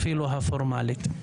אפילו הפורמלית.